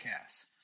Cast